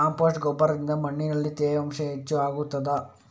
Compost ಗೊಬ್ಬರದಿಂದ ಮಣ್ಣಿನಲ್ಲಿ ತೇವಾಂಶ ಹೆಚ್ಚು ಆಗುತ್ತದಾ?